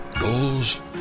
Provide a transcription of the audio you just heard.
Goals